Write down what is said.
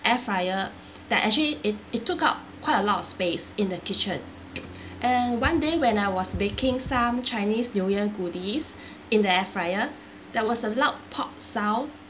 air fryer that actually it it took up quite a lot of space in the kitchen and one day when I was baking some chinese new year goodies in the air fryer there was a loud pop sound